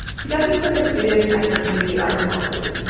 she does this with her students at her community art classes.